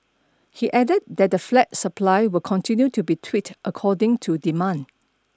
he added that the flat supply will continue to be tweaked according to demand